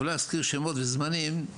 ולא אזכיר שמומת וזמנים,